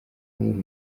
kumuha